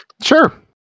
sure